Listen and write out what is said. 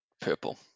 purple